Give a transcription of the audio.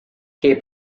kay